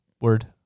word